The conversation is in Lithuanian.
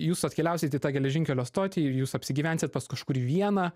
jūs atkeliausit į tą geležinkelio stotį jūs apsigyvensit pas kažkurį vieną